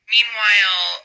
Meanwhile